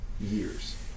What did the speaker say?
years